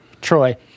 Troy